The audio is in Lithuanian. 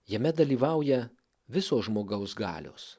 jame dalyvauja visos žmogaus galios